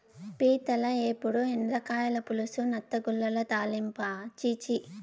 పీతల ఏపుడు, ఎండ్రకాయల పులుసు, నత్తగుల్లల తాలింపా ఛీ ఛీ